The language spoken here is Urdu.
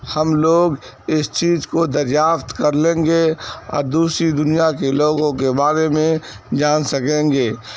ہم لوگ اس چیز کو دریافت کر لیں گے اور دوسری دنیا کے لوگوں کے بارے میں جان سکیں گے